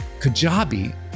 Kajabi